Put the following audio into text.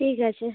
ঠিক আছে